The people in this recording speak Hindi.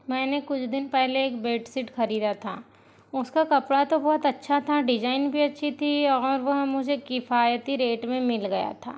मैंने कुछ दिन पहले एक बेडसीट खरीदा था उस का कपड़ा तो बहुत अच्छा था डिजाइन भी अच्छी थी और वह मुझे किफायती रेट में मिल गया था